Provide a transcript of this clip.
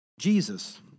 Jesus